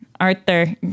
Arthur